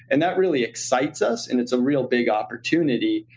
and that really excites us, and it's a real big opportunity.